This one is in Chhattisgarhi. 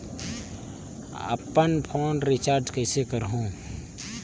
अपन फोन रिचार्ज कइसे करहु?